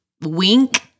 Wink